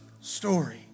story